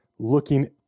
looking